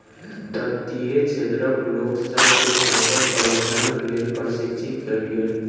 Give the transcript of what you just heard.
तटीय क्षेत्रक लोकसभ के संकट प्रबंधनक लेल प्रशिक्षित कयल गेल